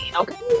Okay